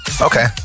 okay